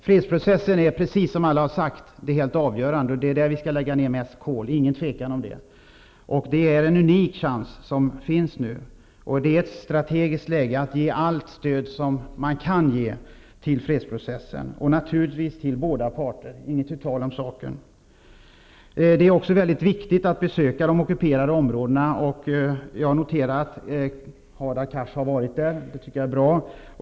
Fredsprocessen är, precis som alla har sagt, helt avgörande. Det är där vi skall lägga på mest kol, inget tvivel om det. Det är en unik chans som finns nu. Det är ett bra strategiskt läge att ge allt stöd som man kan ge till fredsprocessen, naturligtvis till båda parter, inte tu tal om den saken. Det är också mycket viktigt att besöka de ockuperade områdena. Jag noterade att Hadar Cars har varit där, det tycker jag är bra.